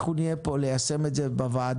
אנחנו נהיה כאן ליישם את זה בוועדה.